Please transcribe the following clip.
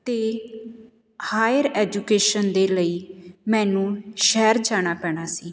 ਅਤੇ higher education ਦੇ ਲਈ ਮੈਨੂੰ ਸ਼ਹਿਰ ਜਾਣਾ ਪੈਣਾ ਸੀ